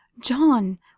john